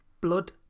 blood